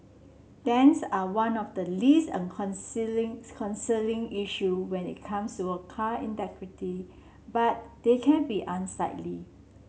dents are one of the least and concerning issue when it comes to a car integrity but they can be unsightly